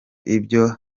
ibyo